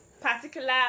particular